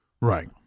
Right